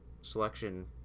selection